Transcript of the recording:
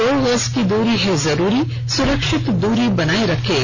दो गज की दूरी है जरूरी सुरक्षित दूरी बनाए रखें